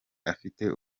afite